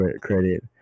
credit